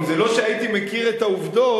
שהייתי מכיר את העובדות,